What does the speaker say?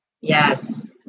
Yes